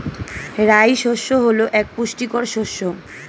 রাই শস্য হল এক পুষ্টিকর শস্য